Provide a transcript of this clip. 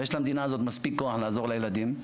ויש למדינה הזאת מספיק כוח לעזור לילדים,